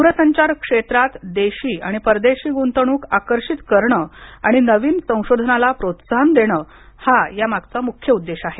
द्रसंचार क्षेत्रात देशी आणि परदेशी गुंतवणूक आकर्षित कारण आणि नवीन संशोधनाला प्रोत्साहन देण हा यामागचा मुख्य उद्देश आहे